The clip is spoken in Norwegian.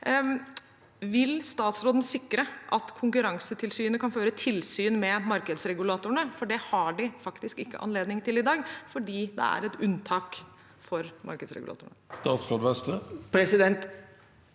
Vil statsråden sikre at Konkurransetilsynet kan føre tilsyn med markedsregulatorene? Det har de faktisk ikke anledning til i dag, for det er et unntak for markedsregulatorene.